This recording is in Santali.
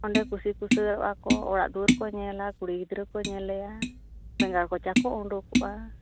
ᱚᱸᱰᱮ ᱠᱩᱥᱤ ᱠᱩᱥᱟᱹᱞᱚᱜᱼᱟ ᱠᱚ ᱚᱲᱟᱜ ᱫᱩᱭᱟᱹᱨ ᱠᱚ ᱧᱮᱞᱟ ᱠᱩᱲᱤ ᱜᱤᱫᱽᱨᱟᱹ ᱠᱚ ᱧᱮᱞᱮᱭᱟ ᱵᱮᱸᱜᱟᱲ ᱠᱚᱪᱟ ᱠᱚ ᱩᱰᱩᱠᱚᱜᱼᱟ